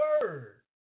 word